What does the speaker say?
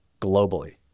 globally